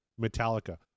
Metallica